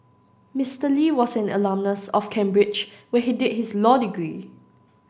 Mister Lee was an alumnus of Cambridge where he did his law degree